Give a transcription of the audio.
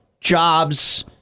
jobs